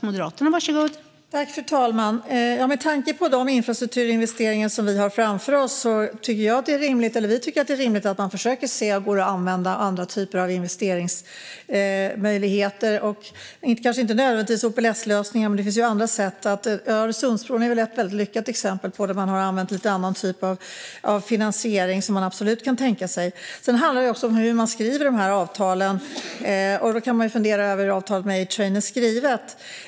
Fru talman! Med tanke på de infrastrukturinvesteringar som vi har framför oss tycker jag - eller vi - att det är rimligt att man försöker att se om det går att använda andra typer av investeringsmöjligheter. Det behöver kanske inte nödvändigtvis handla om OPS-lösningar, utan det finns ju andra sätt. Öresundsbron är ett väldigt lyckat exempel - där har det använts en lite annan typ av finansiering som absolut går att tänka sig. Det handlar också om hur dessa avtal skrivs, och man kan fundera över hur avtalet med A-Train är skrivet.